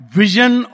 vision